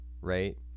right